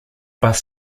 bus